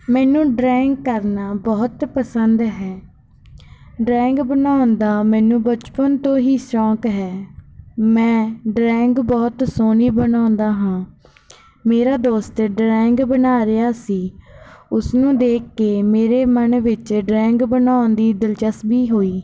ਮੈਨੂੰ ਡਰਾਇੰਗ ਕਰਨਾ ਬਹੁਤ ਪਸੰਦ ਹੈ ਡਰਾਇੰਗ ਬਣਾਉਣ ਦਾ ਮੈਨੂੰ ਬਚਪਨ ਤੋਂ ਹੀ ਸ਼ੌਕ ਹੈ ਮੈਂ ਡਰਾਇੰਗ ਬਹੁਤ ਸੋਹਣੀ ਬਣਾਉਂਦਾ ਹਾਂ ਮੇਰਾ ਦੋਸਤ ਡਰਾਇੰਗ ਬਣਾ ਰਿਹਾ ਸੀ ਉਸਨੂੰ ਦੇਖ ਕੇ ਮੇਰੇ ਮਨ ਵਿੱਚ ਡਰਾਇੰਗ ਬਣਾਉਣ ਦੀ ਦਿਲਚਸਪੀ ਹੋਈ